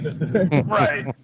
Right